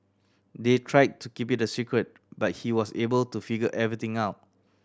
they tried to keep it a secret but he was able to figure everything out